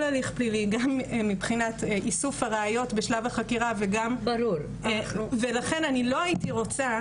הליך פלילי גם מבחינת איסוף הראיות בשלב החקירה ולכן אני לא הייתי רוצה